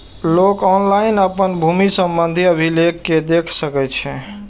लोक ऑनलाइन अपन भूमि संबंधी अभिलेख कें देख सकै छै